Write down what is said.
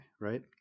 right